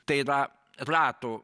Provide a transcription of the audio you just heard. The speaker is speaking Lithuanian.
tai yra rato